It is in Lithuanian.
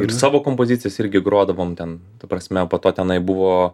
ir savo kompozicijas irgi grodavom ten ta prasme po to tenai buvo